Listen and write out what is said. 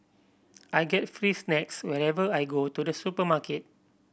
I get free snacks whenever I go to the supermarket